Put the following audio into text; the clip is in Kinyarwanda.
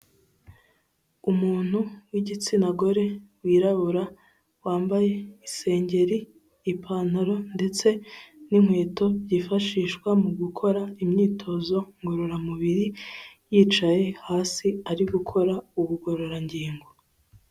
Umuntu w'igitsina gore wirabura wambaye isengeri, ipantalo ndetse n'inkweto byifashishwa mu gukora imyitozo ngororamubiri, yicaye hasi ari gukora ubugororangingo.